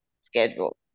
schedule